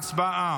הצבעה.